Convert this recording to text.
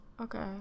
Okay